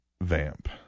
Vamp